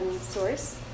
source